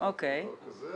לא אמרתי דבר כזה.